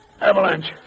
Avalanche